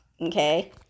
Okay